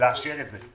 ולאשר את זה.